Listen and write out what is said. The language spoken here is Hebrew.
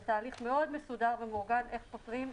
זה תהליך מסודר מאוד ומאורגן, איך פוטרים.